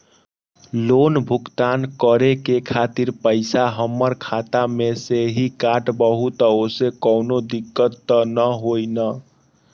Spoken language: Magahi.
लोन भुगतान करे के खातिर पैसा हमर खाता में से ही काटबहु त ओसे कौनो दिक्कत त न होई न?